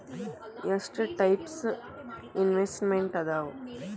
ಎಷ್ಟ types investments ಅದಾವ